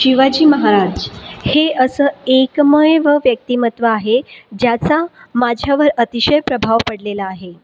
शिवाजी महाराज हे असं एकमेव व्यक्तिमत्व आहे ज्याचा माझ्यावर अतिशय प्रभाव पडलेला आहे